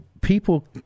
people